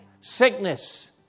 sickness